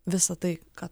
visa tai ką